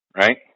right